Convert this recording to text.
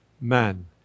man